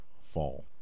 fall